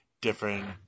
different